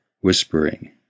whispering